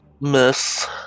Miss